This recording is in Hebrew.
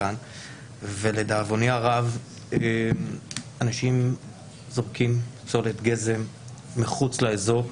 ולדאבוני הרב אנשים זורקים פסולת גזם מחוץ לאזור,